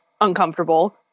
uncomfortable